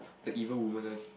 the evil woman one